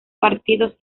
partidos